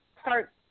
start